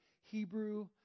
Hebrew